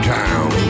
town